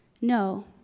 No